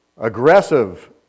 aggressive